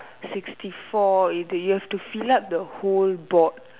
sixty four is it you have to fill up the whole board